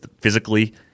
physically